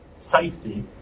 safety